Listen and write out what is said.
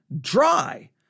dry